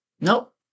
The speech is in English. Nope